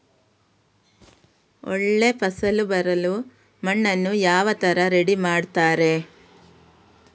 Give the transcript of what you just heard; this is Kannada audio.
ಒಳ್ಳೆ ಫಸಲು ಬರಲು ಮಣ್ಣನ್ನು ಯಾವ ತರ ರೆಡಿ ಮಾಡ್ತಾರೆ?